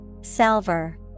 Salver